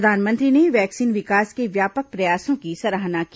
प्रधानमंत्री ने वैक्सीन विकास के व्यापक प्रयासों की सराहना की